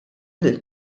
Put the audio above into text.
lil